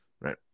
Right